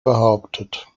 behauptet